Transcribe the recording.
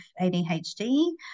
ADHD